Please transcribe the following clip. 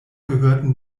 gehörten